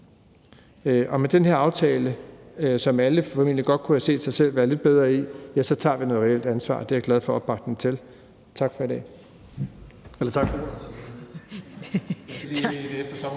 Med den her aftale, som alle formentlig godt kunne have set sig selv være lidt bedre i, tager vi noget reelt ansvar, og det er jeg glad for opbakningen til. Tak for ordet.